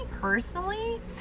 personally